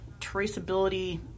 traceability